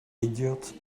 idiot